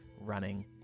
running